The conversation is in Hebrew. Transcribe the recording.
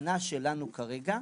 הכוונה שלנו כרגע,